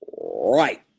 Right